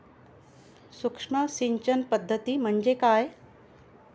सूक्ष्म सिंचन पद्धती म्हणजे काय?